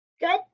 Good